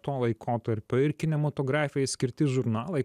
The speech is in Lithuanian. to laikotarpiai ir kinematografijai skirti žurnalai